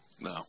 No